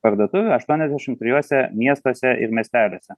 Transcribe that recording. parduotuvių aštuoniasdešim trijuose miestuose ir miesteliuose